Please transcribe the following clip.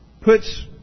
puts